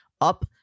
up